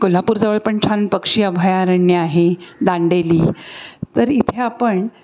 कोल्हापूरजवळ पण छान पक्षी अभयारण्य आहे दांडेली तर इथे आपण